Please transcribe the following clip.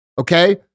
okay